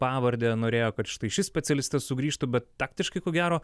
pavardę norėjo kad štai šis specialistas sugrįžtų bet taktiškai ko gero